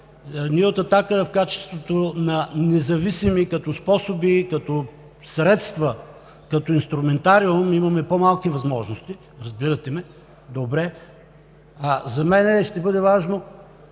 Ние от „Атака“ в качеството си на независими, като способи, като средства, като инструментариум имаме по-малки възможности – разбирате ме добре. За мен ще бъде важно